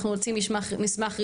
אנחנו נוציא מסמך רשמי,